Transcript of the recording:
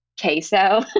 queso